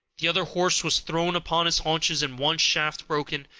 the other horse was thrown upon his haunches and one shaft broken.